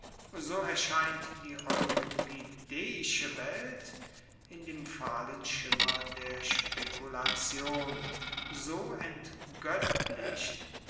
so erscheint die euripideische welt in dem fahlen schimmer der spekulation so entgoettlicht